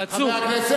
חצוף.